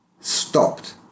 stopped